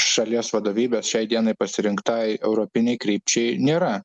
šalies vadovybės šiai dienai pasirinktai europinei krypčiai nėra